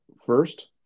first